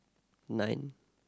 nine